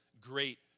great